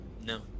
no